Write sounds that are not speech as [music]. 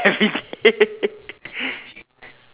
everyday [laughs]